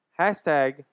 Hashtag